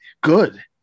good